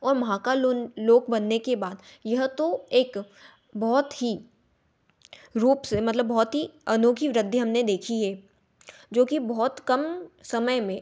और महाकाल लोन लोक बनने के बाद यह तो एक बहुत ही रूप मतलब बहुत ही अनोखी वृद्धि हमने देखी है जो कि बहुत कम समय में